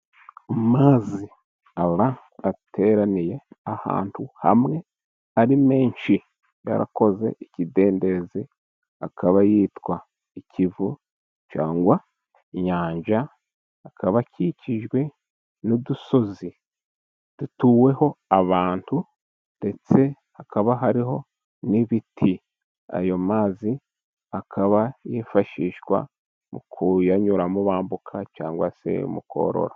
Amazi aba ateraniye ahantu hamwe ari menshi yarakoze ikidendezi, akaba yitwa ikivu cyangwa inyanja, akaba akikijwe n'udusozi dutuweho n'abantu, ndetse hakaba hariho n'ibiti. Ayo mazi akaba yifashishwa mu kuyanyuramo bambuka, cyangwa se mu korora.